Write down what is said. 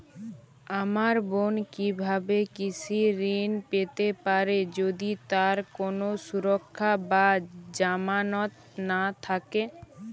আমার বোন কীভাবে কৃষি ঋণ পেতে পারে যদি তার কোনো সুরক্ষা বা জামানত না থাকে?